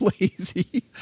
lazy